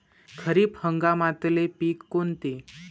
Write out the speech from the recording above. खरीप हंगामातले पिकं कोनते?